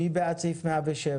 מי בעד סעיף 107?